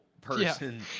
person